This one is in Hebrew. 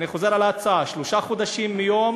אני חוזר על ההצעה: שלושה חודשים מיום